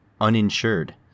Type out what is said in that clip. uninsured